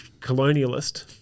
colonialist